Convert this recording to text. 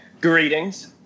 Greetings